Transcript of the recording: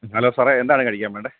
hello സാറേ എന്താണ് കഴിക്കാൻ വേണ്ടേ